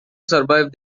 survive